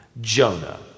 Jonah